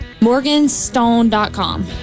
Morganstone.com